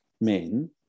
men